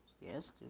yes